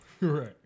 Right